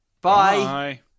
Bye